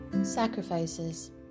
sacrifices